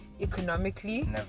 economically